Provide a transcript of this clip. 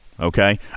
okay